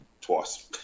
Twice